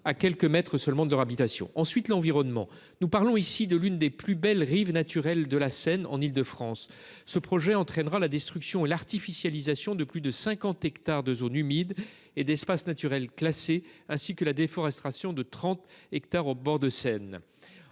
à quelques mètres seulement de leurs habitations. Ensuite, l’environnement. Nous parlons ici de l’une des plus belles rives naturelles de la Seine en Île de France. Ce projet entraînera la destruction et l’artificialisation de plus de 50 hectares de zones humides et d’espaces naturels classés, ainsi que la déforestation de 30 hectares en bord de Seine.